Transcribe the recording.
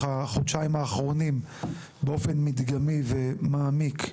החודשיים האחרונים באופן מדגמי ומעמיק,